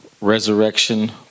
resurrection